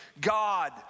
God